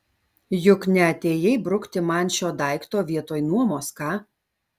juk neatėjai brukti man šio daikto vietoj nuomos ką